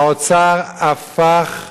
האוצר הפך,